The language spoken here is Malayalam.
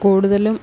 കൂടുതലും